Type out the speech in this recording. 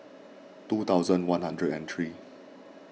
two thousand one hundred and three